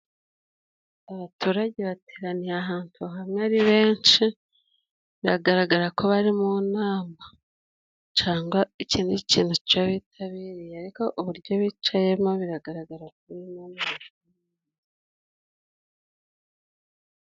Abaturage bateraniye ahantu hamwe ari benshi, biragaragara ko bari mu nama cangwa iki kintu cobitabiriye, ariko uburyo bicayemo biragaragarako bari mu inama.